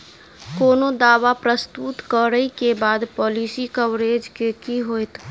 कोनो दावा प्रस्तुत करै केँ बाद पॉलिसी कवरेज केँ की होइत?